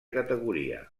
categoria